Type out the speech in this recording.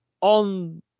on